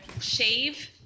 shave